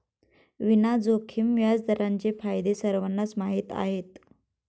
विना जोखीम व्याजदरांचे फायदे सर्वांनाच माहीत आहेत